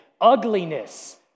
ugliness